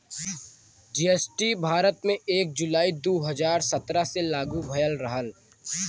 GST Bharat में एक जुलाई दू हजार सत्रह से लागू भयल रहल